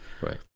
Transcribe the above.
Right